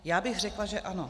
Já bych řekla, že ano.